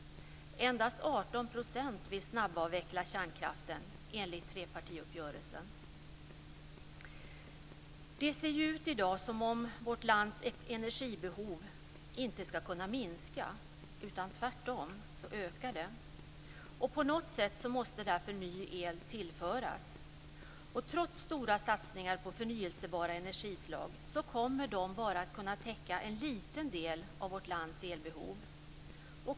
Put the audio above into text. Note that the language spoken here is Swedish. Endast 18 % vill snabbavveckla kärnkraften enligt trepartiuppgörelsen. Det ser i dag ut som om vårt lands energibehov inte skall kunna minska, utan tvärtom så ökar det. På något sätt måste därför ny el tillföras. Trots stora satsningar på förnybara energislag kommer de bara att kunna täcka en liten del av vårt elbehov.